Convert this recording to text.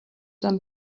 them